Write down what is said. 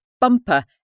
bumper